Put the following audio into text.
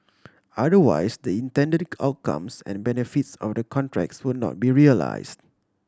otherwise the intended outcomes and benefits of the contracts would not be realise